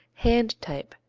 hand type,